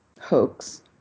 hoax